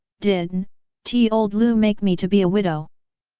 didn t old liu make me to be a widow!